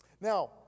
Now